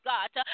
God